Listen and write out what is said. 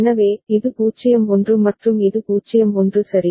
எனவே இது 0 1 மற்றும் இது 0 1 சரி